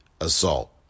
assault